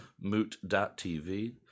moot.tv